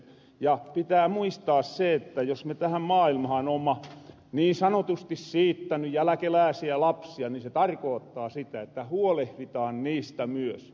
ja pitää muistaa se että jos me tähän maailmahan oomma niin sanotusti siittäny jäläkelääsiä lapsia ni se tarkoottaa sitä että huolehritaan niistä myös